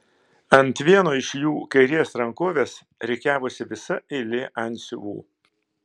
ant vieno iš jų kairės rankovės rikiavosi visa eilė antsiuvų